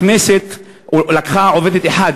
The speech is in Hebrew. הכנסת לקחה עובדת אחת.